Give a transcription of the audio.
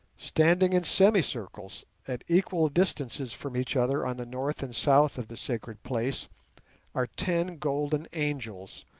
standing in semicircles at equal distances from each other on the north and south of the sacred place are ten golden angels,